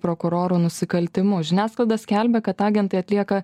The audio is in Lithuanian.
prokurorų nusikaltimu žiniasklaida skelbia kad agentai atlieka